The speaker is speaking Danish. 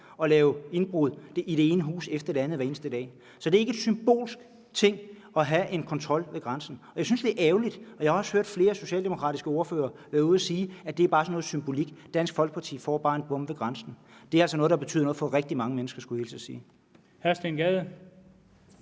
og begå indbrud i det ene hus efter det andet hver eneste dag. Så det er ikke en symbolsk ting at have en kontrol ved grænsen. Jeg har også hørt flere socialdemokratiske ordførere være ude at sige, at det bare er sådan noget symbolik, at Dansk Folkeparti får indført en bom ved grænsen. Det synes jeg er ærgerligt. Det er altså noget, der betyder noget for rigtig mange mennesker, skulle jeg hilse og sige.